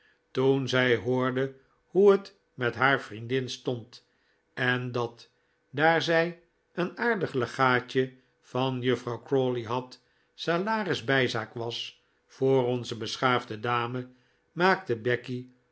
toen zij hoorde hoe het met haar vriendin stond en dat daar zij een aardig legaatje van juffrouw crawley had salaris bijzaak was voor onze beschaafde dame maakte becky